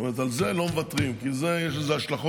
זאת אומרת, על זה לא מוותרים, כי יש לזה השלכות